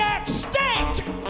extinct